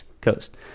coast